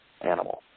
animal